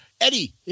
Eddie